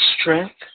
strength